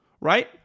right